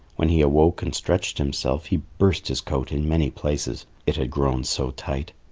when he awoke and stretched himself, he burst his coat in many places, it had grown so tight.